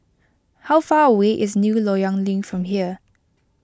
how far away is New Loyang Link from here